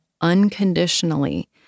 unconditionally